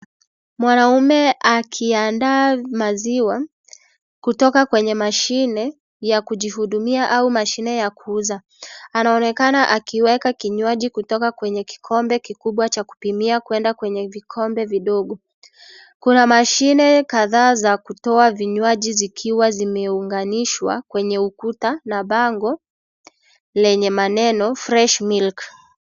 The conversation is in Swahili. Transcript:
Mwanaume akiandaa maziwa kutoka kwenye mashine ya kujihudumia au mashine ya kuuza. Anaonekana akiweka kinywaji kutoka kwenye kikombe kikubwa cha kupimia kuenda kwenye vikombe vidogo. Kuna mashine kadhaa za kutoa vinywaji zikiwa zimeunganishwa kwenye ukuta na bango lenye maneno fresh milk.